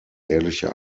ehrliche